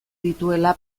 dituela